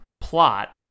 plot